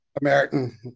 american